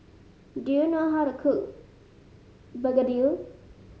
do you know how to cook begedil